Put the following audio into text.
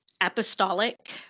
apostolic